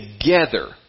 Together